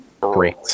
Great